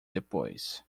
depois